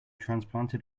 transplanted